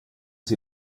sie